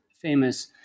famous